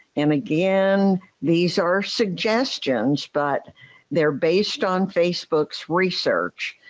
and again these are suggestions, but they're based on facebook's research.